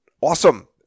awesome